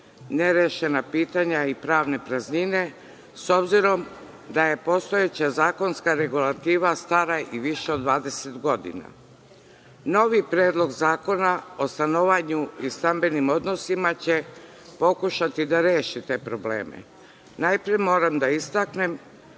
nerešena pitanja i pravne praznine, s obzirom da je postojeća zakonska regulativa stara i više od 20 godina. Novi Predlog zakona o stanovanju i stambenim odnosima će pokušati da reši te probleme. Najpre moram da istaknem,